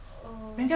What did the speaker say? sorry